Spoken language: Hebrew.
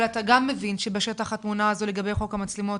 אבל אתה גם מבין שבשטח התמונה הזאת לגבי חוק המצלמות